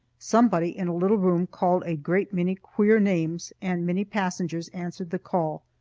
somebody in a little room called a great many queer names, and many passengers answered the call.